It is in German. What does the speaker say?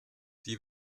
die